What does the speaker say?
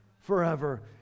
forever